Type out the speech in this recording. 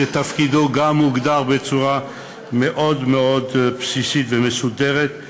שתפקידו הוגדר בצורה מאוד מאוד בסיסית ומסודרת,